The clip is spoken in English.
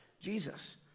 Jesus